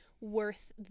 worth